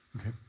Okay